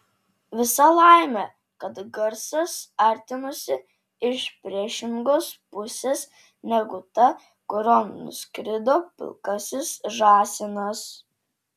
visa laimė kad garsas artinosi iš priešingos pusės negu ta kurion nuskrido pilkasis žąsinas